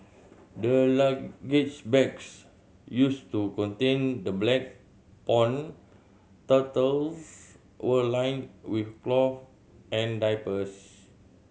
the luggage bags used to contain the black pond turtles were lined with cloth and diapers